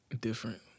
different